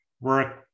work